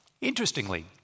Interestingly